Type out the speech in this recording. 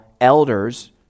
elders